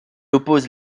oppose